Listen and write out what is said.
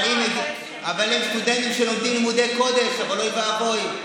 הם סטודנטים שלומדים לימודי קודש, אבל אוי ואבוי,